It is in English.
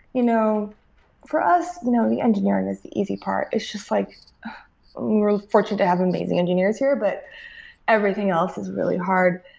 you know for us, you know the engineering is the easy part. it's just like we're fortunate to having amazing engineers here, but everything else is really hard,